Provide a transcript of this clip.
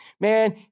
man